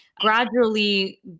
Gradually